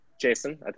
Jason